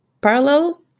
parallel